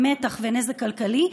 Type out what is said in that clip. במתח ונזק כלכלי,